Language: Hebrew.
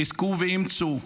חזקו ואמצו,